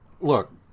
look